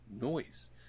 noise